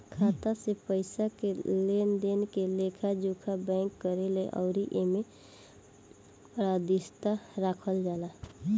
खाता से पइसा के लेनदेन के लेखा जोखा बैंक करेले अउर एमे पारदर्शिता राखल जाला